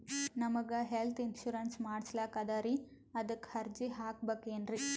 ನಮಗ health insurance ಮಾಡಸ್ಲಾಕ ಅದರಿ ಅದಕ್ಕ ಅರ್ಜಿ ಹಾಕಬಕೇನ್ರಿ?